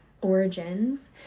origins